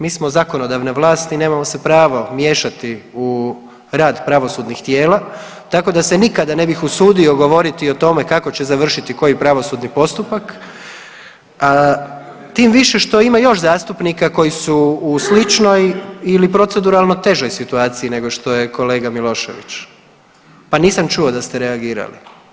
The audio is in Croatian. Mi smo zakonodavna vlast i nemamo se pravo miješati u rad pravosudnih tijela, tako da se nikada ne bih usudio govoriti o tome kako će završiti koji pravosudni postupak tim više što ima još zastupnika koji su u sličnoj ili proceduralno težoj situaciji nego što je kolega Milošević, pa nisam čuo da ste reagirali.